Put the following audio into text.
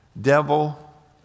Devil